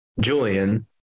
Julian